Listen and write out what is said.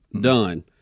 done